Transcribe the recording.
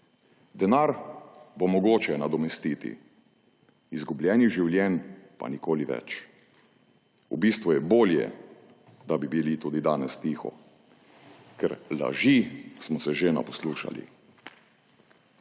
Denar bo mogoče nadomestiti, izgubljenih življenj pa nikoli več. V bistvu je bolje, da bi bili tudi danes tiho, ker laži smo se že naposlušali.